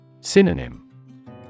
Synonym